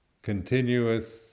continuous